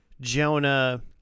jonah